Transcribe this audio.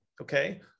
okay